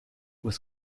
was